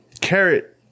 Carrot